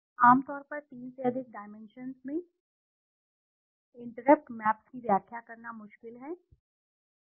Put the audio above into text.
आम तौर पर 3 से अधिक डाइमेंशन्स में इन्टरप्रेट मैप्स की व्याख्या करना मुश्किल है जो कि मैं बात कर रहा था